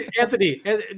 Anthony